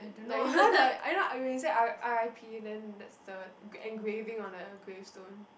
like you know the I know when you say R r_i_p then that's the gr~ engraving on a grave stone